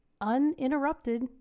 uninterrupted